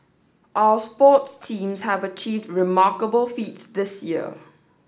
our sports teams have achieved remarkable feats this year